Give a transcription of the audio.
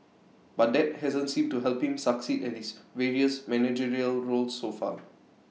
but that hasn't seemed to help him succeed at his various managerial roles so far